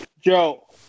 Joe